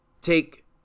Take